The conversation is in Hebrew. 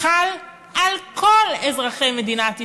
חל על כל אזרחי מדינת ישראל,